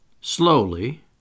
Slowly